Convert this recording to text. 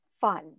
fun